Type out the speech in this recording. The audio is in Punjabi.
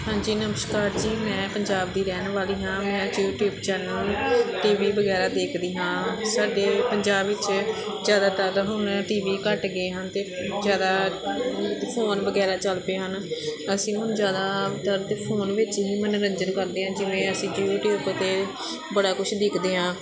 ਹਾਂਜੀ ਨਮਸਕਾਰ ਜੀ ਮੈਂ ਪੰਜਾਬ ਦੀ ਰਹਿਣ ਵਾਲੀ ਹਾਂ ਮੈਂ ਯੂਟੀਊਬ ਚੈਨਲ ਟੀ ਵੀ ਵਗੈਰਾ ਦੇਖਦੀ ਹਾਂ ਸਾਡੇ ਪੰਜਾਬ ਵਿੱਚ ਜ਼ਿਆਦਾਤਰ ਤਾਂ ਹੁਣ ਟੀ ਵੀ ਘੱਟ ਗਏ ਹਨ ਅਤੇ ਜ਼ਿਆਦਾ ਫੋਨ ਵਗੈਰਾ ਚੱਲ ਪਏ ਹਨ ਅਸੀਂ ਹੁਣ ਜ਼ਿਆਦਾਤਰ ਤਾਂ ਫੋਨ ਵਿੱਚ ਹੀ ਮੰਨੋਰੰਜਨ ਕਰਦੇ ਹਾਂ ਜਿਵੇਂ ਅਸੀਂ ਯੂਟੀਊਬ 'ਤੇ ਬੜਾ ਕੁਛ ਦੇਖਦੇ ਹਾਂ